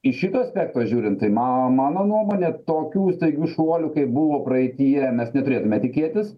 iš šito aspekto žiūrint tai ma mano nuomone tokių staigių šuolių kaip buvo praeityje mes neturėtume tikėtis